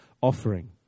offering